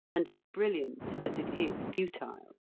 and as brilliant as it is futile.